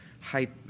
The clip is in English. Hype